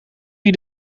wie